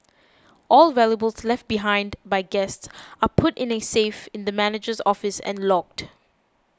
all valuables left behind by guests are put in a safe in the manager's office and logged